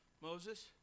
moses